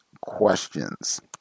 questions